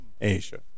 Asia